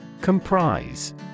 Comprise